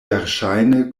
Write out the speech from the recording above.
verŝajne